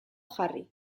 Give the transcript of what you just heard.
jarri